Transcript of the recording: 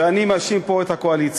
ואני מאשים פה את הקואליציה.